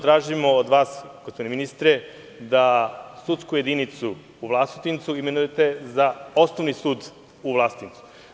Tražimo od vas gospodine da sudsku jedinicu u Vlasotincu imenujete za osnovni sud u Vlasotincu.